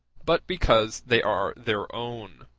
but because they are their own.